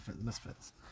misfits